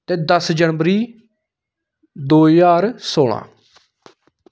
ते दस जनबरी दो ज्हार सोलां